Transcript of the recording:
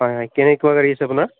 হয় হয় কেনেকুৱা গাড়ী আছে আপোনাৰ